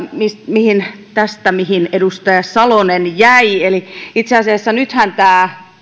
tästä mihin edustaja salonen jäi nythän